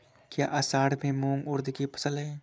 क्या असड़ में मूंग उर्द कि फसल है?